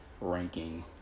ranking